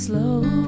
Slow